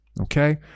Okay